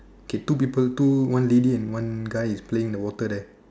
K two people two one lady and one guy is playing the water right